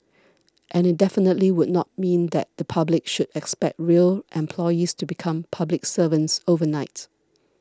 and it definitely would not mean that the public should expect rail employees to become public servants overnight